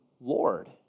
Lord